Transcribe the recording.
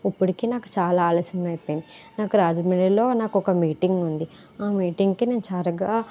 ఇప్పటికే నాకు చాలా ఆలస్యం అయిపోయింది నాకు రాజమండ్రిలో నాకు ఒక మీటింగ్ ఉంది ఆ మీటింగ్కి నేను సరిగ్గా